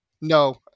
No